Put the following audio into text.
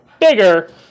bigger